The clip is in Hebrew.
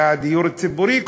היה דיור ציבורי,